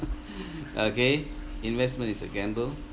okay investment is a gamble